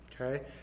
okay